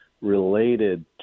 related